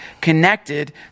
connected